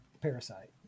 Parasite